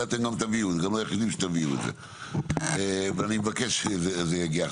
ואתם גם לא היחידים שתביאו את זה ואני מבקש שזה יגיע.